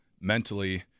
mentally